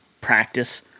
practice